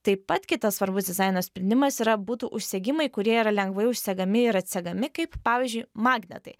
taip pat kitas svarbus dizaino sprendimas yra būtų užsegimai kurie yra lengvai užsegami ir atsegami kaip pavyzdžiui magnetai